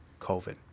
COVID